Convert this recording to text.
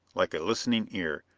like a listening ear,